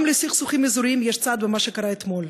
גם לסכסוכים אזוריים יש צד במה שקרה אתמול.